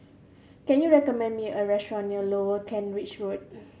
can you recommend me a restaurant near Lower Kent Ridge Road